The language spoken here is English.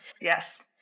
Yes